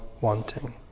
wanting